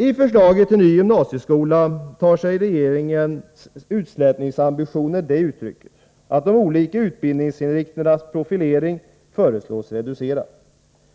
I förslaget till ny gymnasieskola tar sig regeringens utslätningsambitioner det uttrycket att de olika utbildningsinriktningarnas profilering föreslås reducerad.